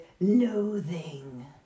loathing